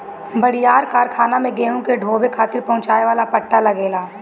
बड़ियार कारखाना में गेहूं के ढोवे खातिर पहुंचावे वाला पट्टा लगेला